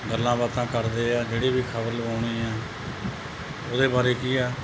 ਗੱਲਾਂ ਬਾਤਾਂ ਕਰਦੇ ਆ ਜਿਹੜੀ ਵੀ ਖ਼ਬਰ ਲਗਵਾਉਣੀ ਆ ਉਹਦੇ ਬਾਰੇ ਕੀ ਆ